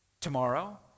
tomorrow